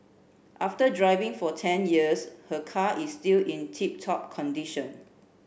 after driving for ten years her car is still in tip top condition